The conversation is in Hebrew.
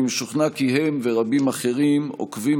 אני משוכנע כי הם ורבים אחרים עוקבים